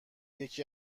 یکی